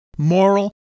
Moral